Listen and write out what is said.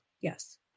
Yes